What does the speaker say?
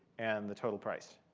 and the total price.